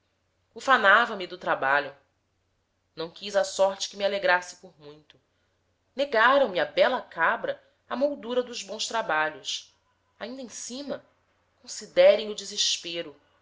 ufanava me do trabalho não quis a sorte que me alegrasse por muito negaram me à bela cabra a moldura dos bons trabalhos ainda em cima considerem o desespero